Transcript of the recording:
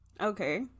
Okay